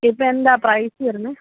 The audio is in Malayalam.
ഇപ്പം എന്താണ് പ്രൈസ് വരുന്നത്